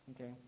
okay